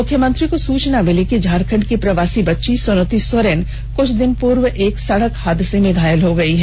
मुख्यमंत्री को सूचना मिली है कि झारखण्ड की प्रवासी बच्ची सोनोती सोरेन कुछ दिन पूर्व एक सड़क हादसे में घायल हो गई है